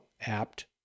apt